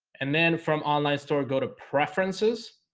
and then from online store go to preferences